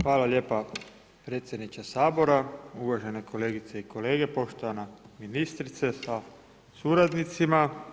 Hvala lijepa predsjedniče Sabora, uvažene kolegice i kolege, poštovana ministrice sa suradnicima.